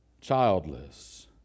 childless